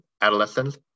adolescents